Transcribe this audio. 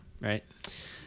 right